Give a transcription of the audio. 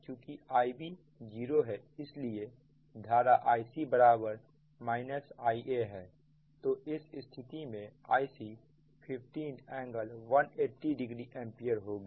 चुकी Ib 0 है इसलिए धारा Ic Iaहै तो इस स्थिति में Ic15 ∟1800 एंपियर होगी